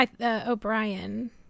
O'Brien